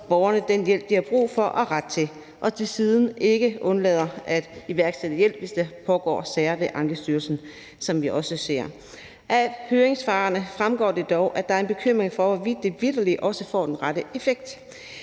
borgerne den hjælp, de har brug for og ret til og desuden ikke undlader at iværksætte hjælp, hvis der foregår sager ved Ankestyrelsen, som vi også ser. Af høringssvarene fremgår det dog, at der er en bekymring for, hvorvidt det vitterlig også får den rette effekt